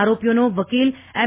આરોપીઓનો વકીલ એમ